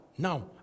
Now